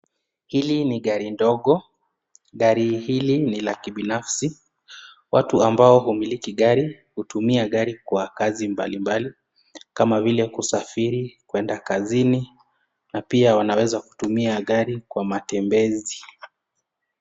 Hili ni gari ndogo, gari hili ni la kibinafsi. Watu ambao humiliki gari hutumia gari kwa kazi mbali mbali kama vile, kusafiri, kwenda kazini na pia wanaweza kutumia gari kwa matembezi.